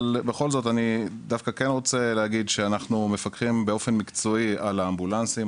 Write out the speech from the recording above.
אני רוצה להגיד שאנחנו מפקחים באופן מקצועי על האמבולנסים,